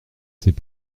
c’est